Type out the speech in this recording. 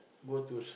go to